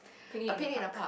a picnic in a park